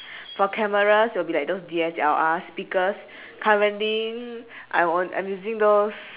for cameras it will be like those D_S_L_R speakers currently I I'm using those